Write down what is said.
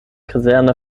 kaserne